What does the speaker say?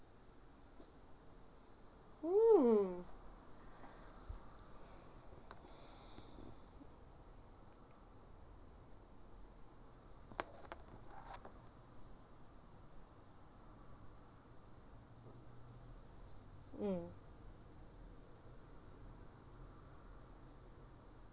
hmm mm